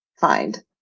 find